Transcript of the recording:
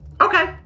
Okay